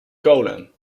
kolen